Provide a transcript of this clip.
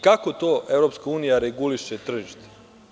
Kako to EU reguliše tržište?